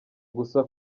gusa